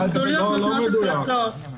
הקונסוליות נותנות החלטות.